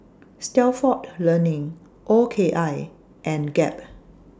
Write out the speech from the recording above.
Stalford Learning O K I and Gap